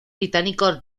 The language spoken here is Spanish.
británico